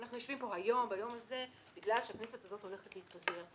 אנחנו יושבים פה היום ביום הזה בגלל שהכנסת הזאת הולכת להתפזר,